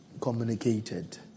communicated